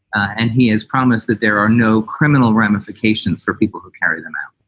and he has promised that there are no criminal ramifications for people who carry them out